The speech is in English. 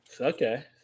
Okay